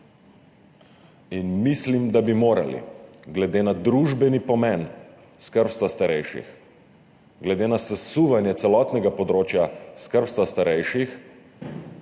Mislim, da bi morali glede na družbeni pomen skrbstva starejših, glede na sesuvanje celotnega področja skrbstva starejših